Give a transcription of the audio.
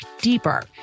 deeper